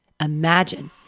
Imagine